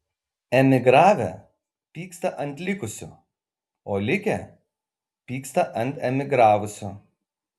emigravę pyksta ant likusių o likę pyksta ant emigravusių